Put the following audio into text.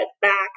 back